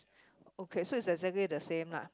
okay so it's exactly the same lah